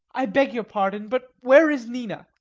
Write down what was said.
i beg your pardon, but where is nina?